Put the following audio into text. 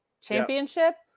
Championship